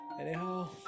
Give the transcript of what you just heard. Anyhow